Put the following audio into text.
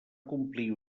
complir